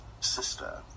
sister